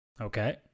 Okay